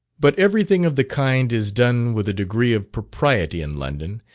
but every thing of the kind is done with a degree of propriety in london,